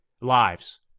lives